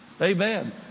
Amen